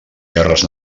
guerres